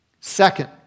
Second